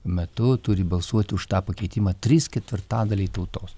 metu turi balsuoti už tą pakeitimą trys ketvirtadaliai tautos